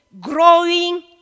growing